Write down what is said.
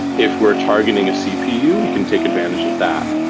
if we're targeting a cpu, we can take advantage of that.